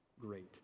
great